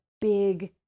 Big